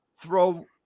throw